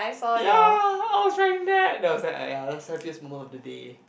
ya I was riding that then I was like uh ya that was the happiest moment of the day